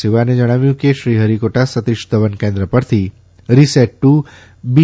સિવાને જણાવ્યું કે શ્રીહરિકોટા સતીશ ધવન કેન્દ્ર પરથી રીસેટ ટુ બી